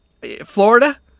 Florida